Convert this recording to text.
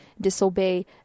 disobey